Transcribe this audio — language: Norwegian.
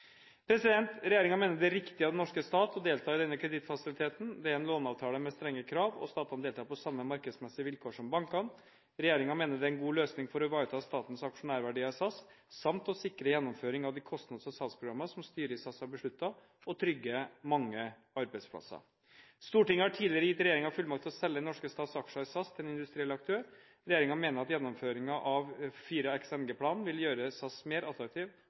mener det er riktig av den norske stat å delta i denne kredittfasiliteten. Dette er en låneavtale med strenge krav, og statene deltar på samme markedsmessige vilkår som bankene. Regjeringen mener det er en god løsning for å ivareta statens aksjonærverdier i SAS samt sikre gjennomføring av de kostnads- og salgsprogrammer som styret i SAS har besluttet, og trygge mange arbeidsplasser. Stortinget har tidligere gitt regjeringen fullmakt til å selge den norske stats aksjer i SAS til en industriell aktør. Regjeringen mener at gjennomføringen av 4XNG-planen vil gjøre SAS mer